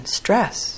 stress